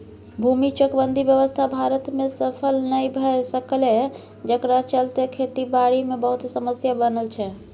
भूमि चकबंदी व्यवस्था भारत में सफल नइ भए सकलै जकरा चलते खेती बारी मे बहुते समस्या बनल छै